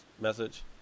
message